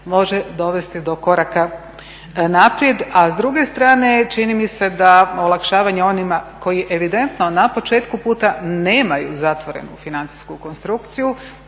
može dovesti do koraka naprijed. A s druge strana čini mi se da olakšavanje onima koji evidentno na početku puta nemaju zatvorenu financijsku konstrukciju